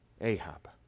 Ahab